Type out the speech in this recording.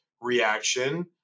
reaction